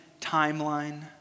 timeline